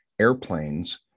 airplanes